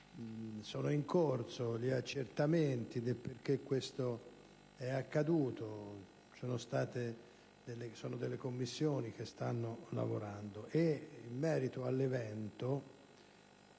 sono in corso gli accertamenti del perché questo è accaduto: ci sono delle commissioni che stanno lavorando. In merito all'evento